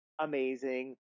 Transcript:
amazing